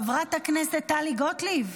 חברת הכנסת טלי גוטליב.